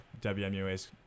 WMUA's